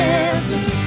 answers